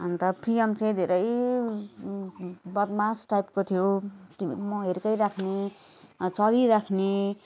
अन्त प्रियम चाहिँ धेरै बदमास टाइपको थियो म हिर्काइरहने चलिरहने